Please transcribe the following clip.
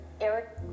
Eric